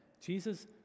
Jesus